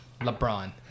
LeBron